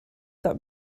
got